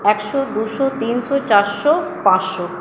একশো দুশো তিনশো চারশো পাঁচশো